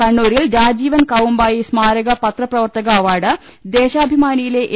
കണ്ണൂരിൽ രാജീ വൻ കാവുമ്പായി സ്മാരക പത്രപ്രവർത്തക അവാർഡ് ദേശാഭി മാനിയിലെ എ